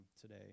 today